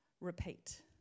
repeat